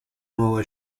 nuova